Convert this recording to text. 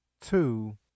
two